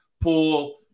pool